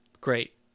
Great